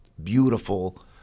beautiful